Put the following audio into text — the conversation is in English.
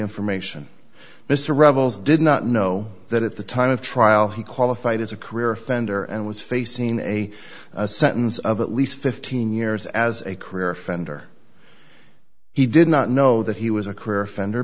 information mr revels did not know that at the time of trial he qualified as a career offender and was facing a sentence of at least fifteen years as a career offender he did not know that he was a career offender